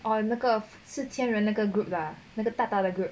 哦那个四千人那个 group 的啊那个大大的 group